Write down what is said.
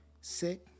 sick